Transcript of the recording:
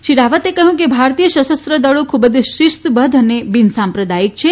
શ્રી રાવતે કહ્યું કે ભારતીય સશસ્ત્ર દળો ખૂબ જ શિસ્તબદ્ધ અને બિનસાંપ્રદાયીક છે